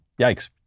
Yikes